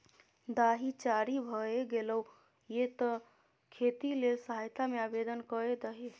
दाही जारी भए गेलौ ये तें खेती लेल सहायता मे आवदेन कए दही